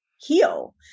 heal